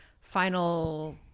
final